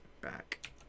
back